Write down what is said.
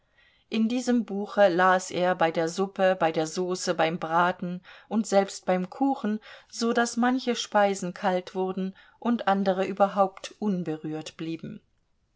in diesem buche las er bei der suppe bei der soße beim braten und selbst beim kuchen so daß manche speisen kalt wurden und andere überhaupt unberührt blieben